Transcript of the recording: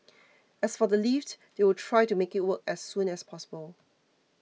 as for the lift they will try to make it work as soon as possible